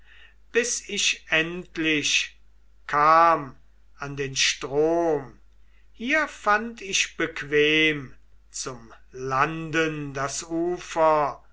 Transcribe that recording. bis ich endlich kam an den strom hier fand ich bequem zum landen das ufer